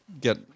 get